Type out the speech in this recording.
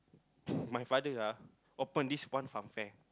my father ah open this one fun fair